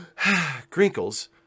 Grinkles